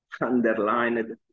underlined